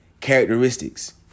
Characteristics